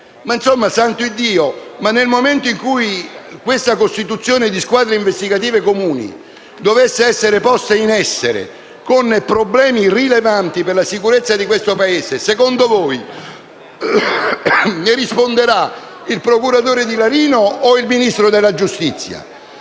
insomma, nel momento in cui questa costituzione di squadre investigative comuni dovesse essere posta in essere con problemi rilevanti per la sicurezza di questo Paese, secondo voi ne risponderà il procuratore di Larino o il Ministro della giustizia?